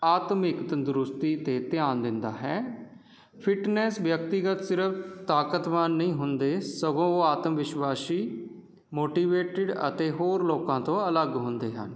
ਆਤਮਿਕ ਤੰਦਰੁਸਤੀ ਅਤੇ ਧਿਆਨ ਦਿੰਦਾ ਹੈ ਫਿੱਟਨੈੱਸ ਵਿਅਗਤੀਗਤ ਸਿਰਫ਼ ਤਾਕਤਵਰ ਨਈਂ ਹੁੰਦੇ ਸਗੋਂ ਉਹ ਆਤਮਵਿਸ਼ਵਾਸੀ ਮੋਟੀਵੇਟਡ ਅਤੇ ਹੋਰ ਲੋਕਾਂ ਤੋਂ ਅਲੱਗ ਹੁੰਦੇ ਹਨ